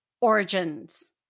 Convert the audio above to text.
origins